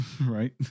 Right